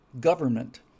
government